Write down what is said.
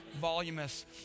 voluminous